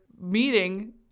meeting